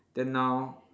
then now